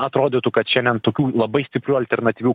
atrodytų kad šiandien tokių labai stiprių alternatyvių